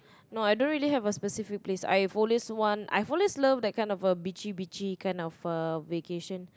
no I don't really have a specific place I've always want I've always love that kind of a beachy beachy kind of uh vacation